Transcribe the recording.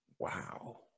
Wow